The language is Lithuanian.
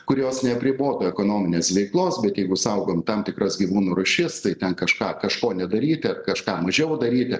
kurios neapribotų ekonominės veiklos bet jeigu saugant tam tikras gyvūnų rūšis tai ten kažką kažko nedaryti kažką mažiau daryti